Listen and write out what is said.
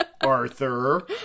Arthur